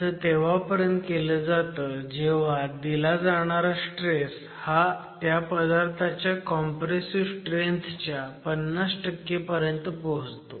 असं तेव्हापर्यंत केलं जातं जेव्हा दिला जाणारा स्ट्रेस हा त्या पदार्थाच्या कॉम्प्रेसिव्ह स्ट्रेंथ च्या 50 पर्यंत पोहोचतो